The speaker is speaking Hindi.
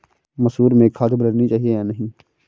मसूर में खाद मिलनी चाहिए या नहीं?